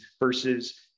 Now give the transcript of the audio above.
versus